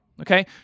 okay